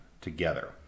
together